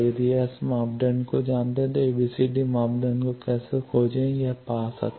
यदि आप S मापदंड को जानते हैं तो ABCD मापदंड को कैसे खोजें आप यह पा सकते हैं